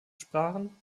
sprachen